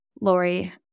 Lori